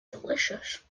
delicious